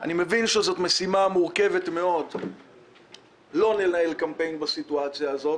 אני מבין שזאת משימה מורכבת מאוד לא לנהל קמפיין בסיטואציה הזאת,